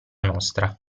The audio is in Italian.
nostra